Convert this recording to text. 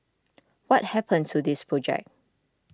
what happened to this project